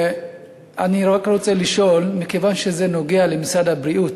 אני רק רוצה לשאול: מכיוון שזה נוגע במשרד הבריאות,